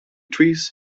trees